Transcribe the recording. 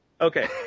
Okay